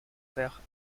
faire